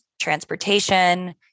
transportation